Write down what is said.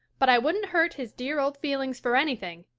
but i wouldn't hurt his dear old feelings for anything,